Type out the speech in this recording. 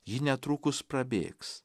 ji netrukus prabėgs